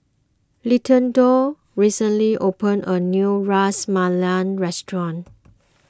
Littleton recently opened a new Ras Malai restaurant